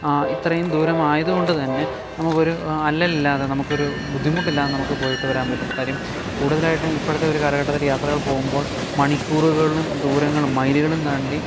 ഇത്രയും ദൂരം ആയതുകൊണ്ട് തന്നെ നമുക്കൊരു അല്ലലില്ലാതെ നമുക്കൊരു ബുദ്ധിമുട്ടില്ലാതെ നമുക്ക് പോയിട്ടുവരാൻ പറ്റും കാര്യം കൂടുതലായിട്ടും ഇപ്പോഴത്തെ ഒരു കാലഘട്ടത്തിൽ യാത്രകൾ പോകുമ്പോൾ മണിക്കൂറുകളും ദൂരങ്ങളും മയിലുകളും താണ്ടി